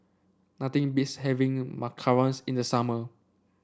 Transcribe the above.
nothing beats having Macarons in the summer